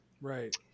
right